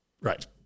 Right